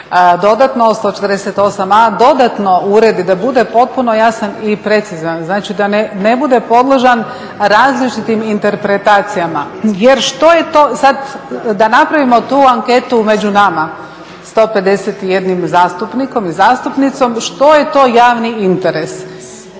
uvodi, 148a, dodatno uredi, da bude potpuno jasan ili precizan, znači da ne bude podložan različitim interpretacijama jer što je to, sad da napravimo tu anketu među nama, 151 zastupnikom i zastupnicom, što je to javni interes?